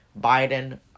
Biden